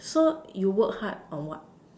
so you work hard on what